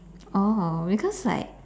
oh because like